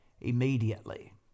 immediately